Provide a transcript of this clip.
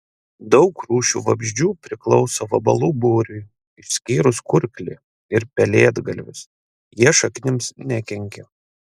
daug rūšių vabzdžių priklauso vabalų būriui išskyrus kurklį ir pelėdgalvius jie šaknims nekenkia